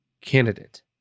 candidate